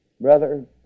Brother